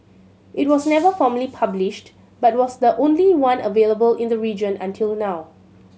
it was never formally published but was the only one available in the region until now